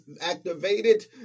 activated